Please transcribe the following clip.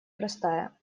простая